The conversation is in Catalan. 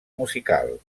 musical